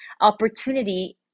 opportunity